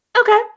Okay